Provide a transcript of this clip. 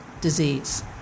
disease